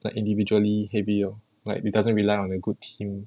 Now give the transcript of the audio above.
like individually heavy lor like it doesn't rely on a good team